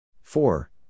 Four